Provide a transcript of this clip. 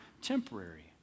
temporary